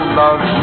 love